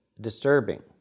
disturbing